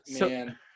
Man